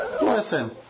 Listen